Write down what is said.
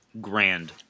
Grand